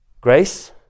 Grace